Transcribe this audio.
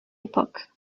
époque